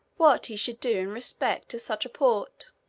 what he should do in respect to such a port.